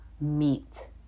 meet